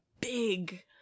big